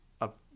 up